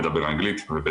ועל